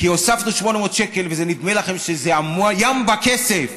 כי הוספנו 800 שקל, ונדמה לכם שזה ימבה כסף,